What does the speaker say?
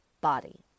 body